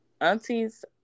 auntie's